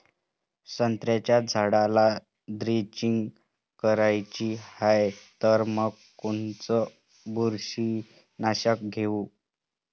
संत्र्याच्या झाडाला द्रेंचींग करायची हाये तर मग कोनच बुरशीनाशक घेऊ?